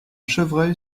chevreuil